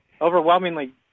overwhelmingly